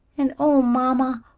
and, oh, mamma,